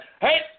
hey